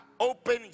Open